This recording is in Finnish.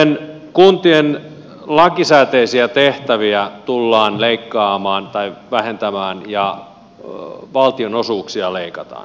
sitten kuntien lakisääteisiä tehtäviä tullaan vähentämään ja valtionosuuksia leikataan